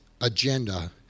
Agenda